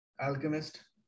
alchemist